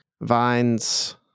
Vines